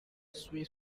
swee